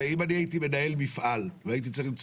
אם אני הייתי מנהל מפעל והייתי צריך למצוא